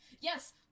Yes